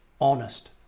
honest